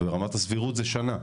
ורמת הסבירות היא שנה.